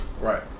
Right